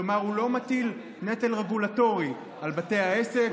כלומר, הוא לא מטיל נטל רגולטורי על בתי העסק.